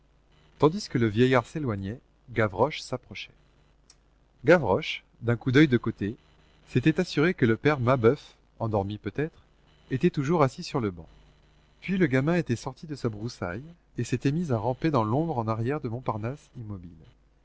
tandis que le vieillard s'éloignait gavroche s'approchait gavroche d'un coup d'oeil de côté s'était assuré que le père mabeuf endormi peut-être était toujours assis sur le banc puis le gamin était sorti de sa broussaille et s'était mis à ramper dans l'ombre en arrière de montparnasse immobile